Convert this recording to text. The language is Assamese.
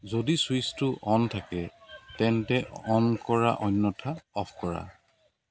যদি ছুইচটো অ'ন থাকে তেন্তে অ'ন কৰা অন্যথা অ'ফ কৰা